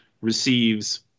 receives